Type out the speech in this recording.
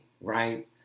right